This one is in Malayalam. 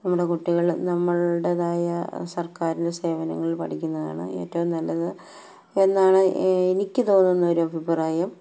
നമ്മുടെ കുട്ടികള് നമ്മുടേതായ സർക്കാരിൻ്റെ സേവനങ്ങളില് പഠിക്കുന്നതാണ് ഏറ്റവും നല്ലതെന്നാണ് എനിക്ക് തോന്നുന്ന ഒരു അഭിപ്രായം